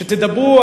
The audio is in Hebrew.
שתדברו,